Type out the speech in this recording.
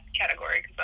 category